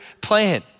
plan